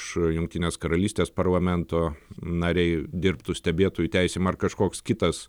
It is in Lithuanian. iš jungtinės karalystės parlamento nariai dirbtų stebėtojų teisėm ar kažkoks kitas